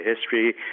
history